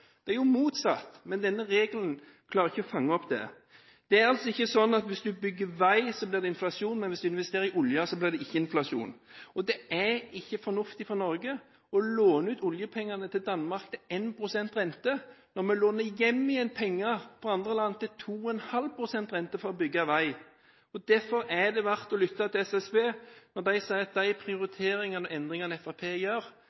Det er jo motsatt. Men denne regelen klarer ikke å fange opp det. Det er altså ikke slik at hvis en bygger vei, blir det inflasjon, mens hvis du investerer i oljen, blir det ikke inflasjon. Og det er ikke fornuftig for Norge å låne ut oljepengene til Danmark til 1 pst. rente når vi låner hjem igjen penger fra andre land til 2,5 pst. rente for å bygge vei. Derfor er det verdt å lytte til SSB når de sier at de prioriteringene og endringene Fremskrittspartiet gjør,